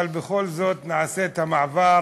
אבל בכל זאת נעשה את המעבר